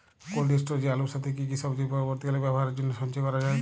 Cold স্টোরেজে আলুর সাথে কি কি সবজি পরবর্তীকালে ব্যবহারের জন্য সঞ্চয় করা যায়?